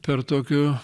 per tokio